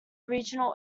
regional